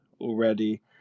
already